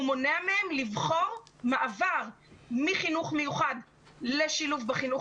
הוא מונע מהם לבחור מעבר מחינוך מיוחד לשילוב בחינוך